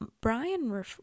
Brian –